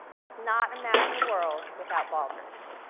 let's not imagine a world without baldrige.